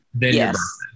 Yes